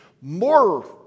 more